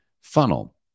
funnel